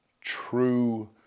true